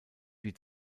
die